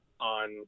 on